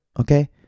Okay